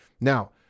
Now